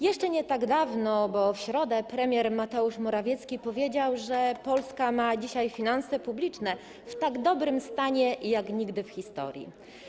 Jeszcze nie tak dawno, bo w środę, premier Mateusz Morawiecki powiedział, że Polska ma dzisiaj finanse publiczne w tak dobrym stanie jak nigdy w historii.